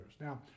now